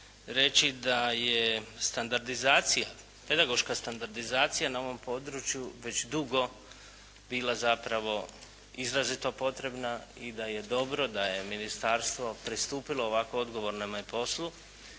reći da je standardizacija, pedagoška standardizacija na ovom području već dugo bila zapravo izrazito potrebna i da je dobro da je ministarstvo pristupilo ovako odgovornome poslu